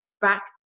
back